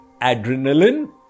adrenaline